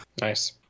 Nice